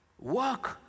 Work